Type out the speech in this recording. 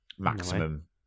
Maximum